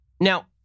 Now